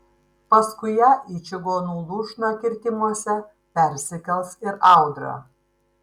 paskui ją į čigonų lūšną kirtimuose persikels ir audra